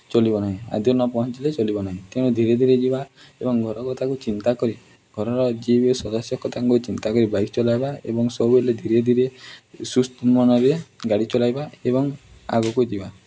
ଚଲିବ ନାହିଁ ଆଦ୍ୟ ନପହଞ୍ଚିଲେ ଚଲିବ ନାହିଁ ତେଣୁ ଧୀରେ ଧୀରେ ଯିବା ଏବଂ ଘରକୁ ତାକୁ ଚିନ୍ତା କରି ଘରର ଯିଏ ବି ସଦସ୍ୟ କଥା ତାଙ୍କୁ ଚିନ୍ତା କରି ବାଇକ୍ ଚଲାଇବା ଏବଂ ସବୁ ହେଲେ ଧୀରେ ଧୀରେ ସୁସ୍ଥ ମନରେ ଗାଡ଼ି ଚଲାଇବା ଏବଂ ଆଗକୁ ଯିବା